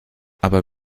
aber